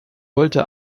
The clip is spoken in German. wollte